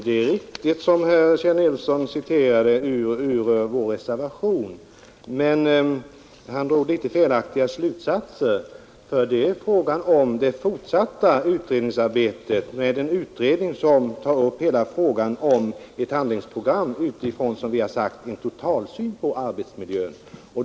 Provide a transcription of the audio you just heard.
Herr talman! Herr Nilsson i Växjö citerade vår reservation riktigt men han drog något felaktigt slutsatser. Här är det fråga om det fortsatta utredningsarbetet — en utredning som tar upp hela frågan om ett handlingsprogram utifrån, som vi har sagt, en totalsyn på arbetsmiljön.